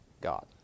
God